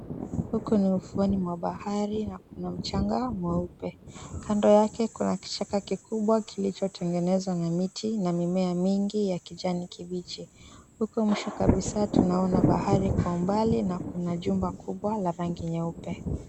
Huku ni ufuoni mwa bahari na kuna mchanga mweupe. Kando yake kuna kichaka kikubwa kilichotengenezwa na miti na mimea mingi ya kijani kibichi. Huko mwisho kabisa tunaona bahari kwa umbali na kuna jumba kubwa la rangi nyeupe.